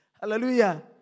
Hallelujah